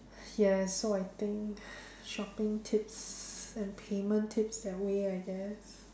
yes so I think shopping tips and payment tips that way I guess